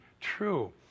true